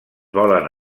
volen